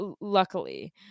luckily